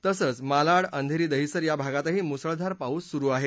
तसंच मालाड अंधेरी दहिसर या भागातही मुसळधार पाऊस सुरू आहे